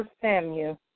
Samuel